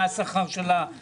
זה ירד מהשכר של השופטים?